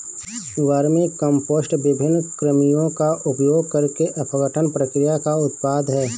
vermicompost विभिन्न कृमियों का उपयोग करके अपघटन प्रक्रिया का उत्पाद है